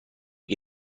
che